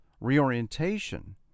reorientation